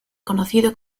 conocido